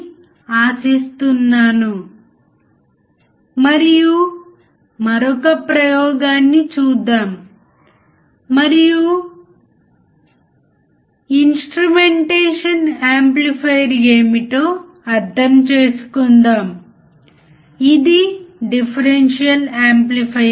కాబట్టి మీరు ఇన్పుట్ మరియు అవుట్పుట్ DC ఛానల్ 1 మరియు 2 వద్ద పీక్ టు పీక్ వోల్టేజ్ చూస్తే వోల్టేజ్ సమానంగా ఉంటుంది